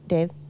Dave